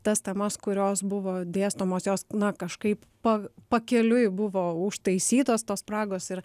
tas temas kurios buvo dėstomos jos na kažkaip pa pakeliui buvo užtaisytos tos spragos ir